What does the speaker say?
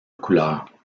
couleur